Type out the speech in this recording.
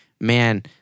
man